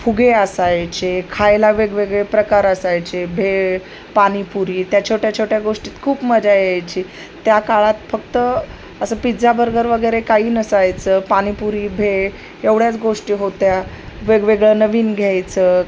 फुगे असायचे खायला वेगवेगळे प्रकार असायचे भेळ पानीपुरी त्या छोट्या छोट्या गोष्टीत खूप मजा यायची त्या काळात फक्त असं पिझ्झा बर्गर वगैरे काही नसायचं पानीपुरी भेळ एवढ्याच गोष्टी होत्या वेगवेगळं नवीन घ्यायचं